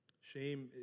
Shame